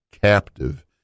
captive